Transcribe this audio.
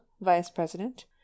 vice-president